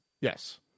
Yes